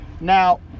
Now